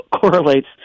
correlates